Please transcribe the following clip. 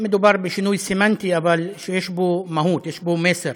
מדובר בשינוי סמנטי אבל שיש בו מהות, יש בו מסר